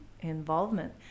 involvement